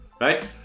Right